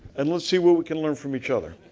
and let's see what we can learn from each other.